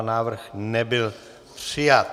Návrh nebyl přijat.